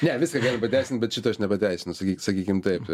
ne viską galim pateisint bet šito aš nepateisinu sakyk sakykim taip tai